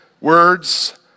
words